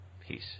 Peace